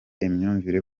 imyumvire